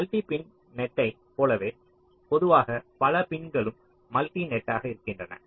multi pin நெட்டைப் போலவே பொதுவாக பல பின்களும் மல்டி நெட்டாக இருக்கின்றன